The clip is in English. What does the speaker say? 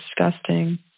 disgusting